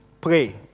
pray